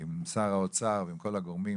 עם שר האוצר ועם כל הגורמים,